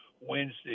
Wednesday